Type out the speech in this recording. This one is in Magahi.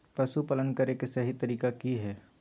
पशुपालन करें के सही तरीका की हय?